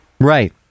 Right